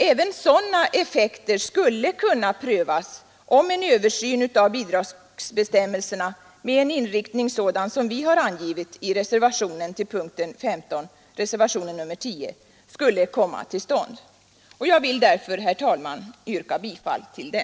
Även sådana effekter skulle kunna prövas, om en översyn av bidragsbestämmelserna med en sådan inriktning som angivits i reservationen 10 vid punkten 15 skulle komma till stånd. Jag vill därför, herr talman, yrka bifall till den.